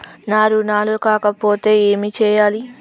నా రుణాలు కాకపోతే ఏమి చేయాలి?